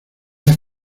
las